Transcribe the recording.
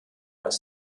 als